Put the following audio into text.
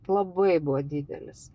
labai buvo didelis